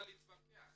להתווכח